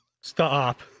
Stop